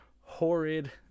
horrid